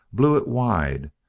blew it wide,